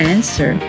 Answer